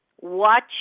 Watch